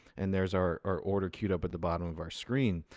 and there's our order cued up at the bottom of our screen.